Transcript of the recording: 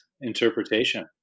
interpretation